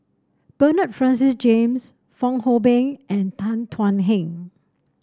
Bernard Francis James Fong Hoe Beng and Tan Thuan Heng